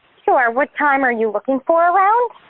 sure, what time are you looking for around?